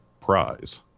prize